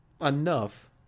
enough